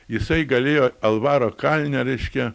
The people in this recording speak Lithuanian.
jisai galėjo alvaro kalne reiškia